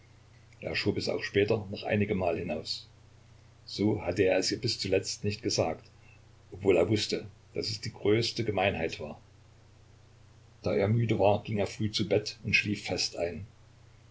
er schob es auch später noch einigemal hinaus so hatte er es ihr bis zuletzt nicht gesagt obwohl er wußte daß es die größte gemeinheit war da er müde war ging er früh zu bett und schlief fest ein